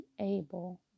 able